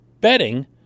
betting